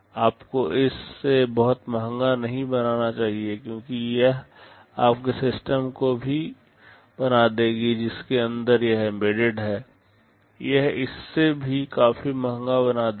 आपको इसे बहुत महंगा नहीं बनाना चाहिए क्योंकि यह आपके सिस्टम को भी बना देगा जिसके अंदर यह एम्बेडेड है यह इसे भी काफी महंगा बना देगा